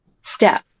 step